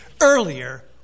earlier